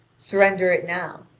surrender it now,